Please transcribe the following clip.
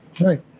Right